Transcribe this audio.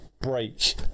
break